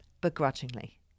begrudgingly